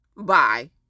bye